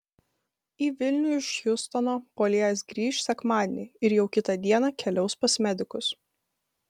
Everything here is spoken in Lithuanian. į vilnių iš hjustono puolėjas grįš sekmadienį ir jau kitą dieną keliaus pas medikus